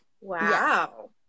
Wow